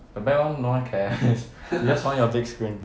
the back [one] no one cares they just want your big screen